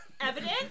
evidence